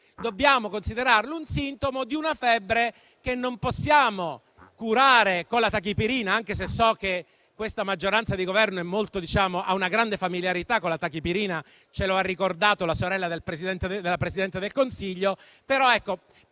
è solo il sintomo di una febbre che non possiamo curare con la Tachipirina, anche se so che questa maggioranza di Governo ha una grande familiarità con la Tachipirina (ce lo ha ricordato la sorella della Presidente del Consiglio).